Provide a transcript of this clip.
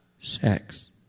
sex